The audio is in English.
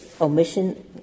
omission